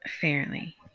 fairly